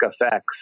effects